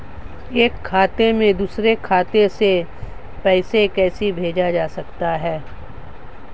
एक खाते से दूसरे खाते में पैसा कैसे भेजा जा सकता है?